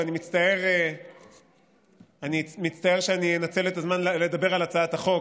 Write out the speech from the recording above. ואני מצטער שאני אנצל את הזמן לדבר על הצעת החוק,